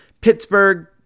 Pittsburgh